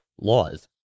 laws